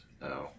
No